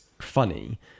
funny